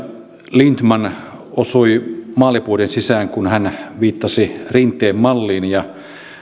lindtman osui maalipuiden sisään kun hän viittasi rinteen malliin ja